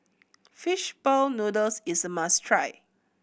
fish ball noodles is a must try